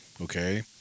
okay